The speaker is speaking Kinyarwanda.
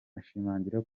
ashimangira